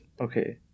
okay